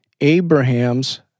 Abraham's